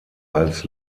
als